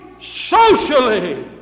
socially